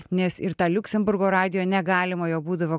nes ir tą liuksemburgo radijo negalimojo būdavo